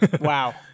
Wow